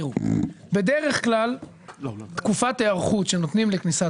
בדרך כלל תקופת היערכות שנותנים לכניסת